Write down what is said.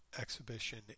exhibition